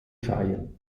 feiern